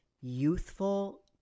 youthful